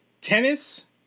tennis